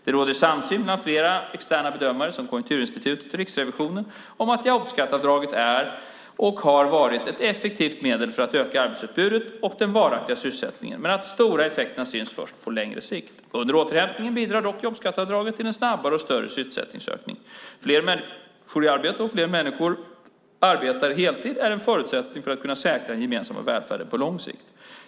Det råder samsyn mellan flera externa bedömare, som Konjunkturinstitutet och Riksrevisionen, om att jobbskatteavdraget är och har varit ett effektivt medel för att öka arbetsutbudet och den varaktiga sysselsättningen men att de stora effekterna syns först på längre sikt. Under återhämtningen bidrar dock jobbskatteavdraget till en snabbare och större sysselsättningsökning. Fler människor i arbete, och att fler människor arbetar heltid, är en förutsättning för att kunna säkra den gemensamma välfärden på lång sikt.